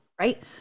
right